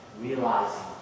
realizing